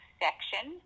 section